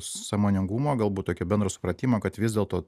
sąmoningumo galbūt tokio bendro supratimo kad vis dėlto